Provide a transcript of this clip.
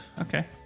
Okay